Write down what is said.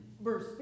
verse